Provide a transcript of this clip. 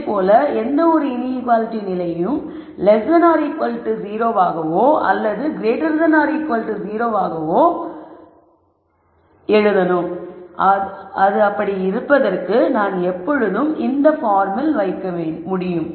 இதே போல் எந்தவொரு இன்ஈக்குவாலிட்டி நிலையையும் அது 0 ஆகவோ அல்லது 0 ஆகுவோ இருந்தாலும் நான் எப்பொழுதும் இந்த பார்மில் வைக்க முடியும்